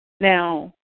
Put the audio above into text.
Now